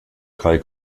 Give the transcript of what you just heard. drei